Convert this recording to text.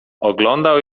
oglądał